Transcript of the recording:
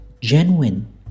genuine